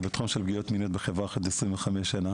אני בתחום של פגיעות מיניות בחברה החרדית 25 שנה.